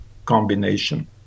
combination